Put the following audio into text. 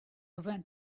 went